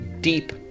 deep